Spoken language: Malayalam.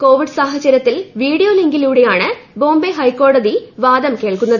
കോവിഡ് സാഹചര്യത്തിൽ വീഡിയോ ലിങ്കിലൂടെയാണ് ബോംബെ ഹൈക്കോടതി വാദം കേൾക്കുന്നത്